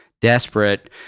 desperate